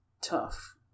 tough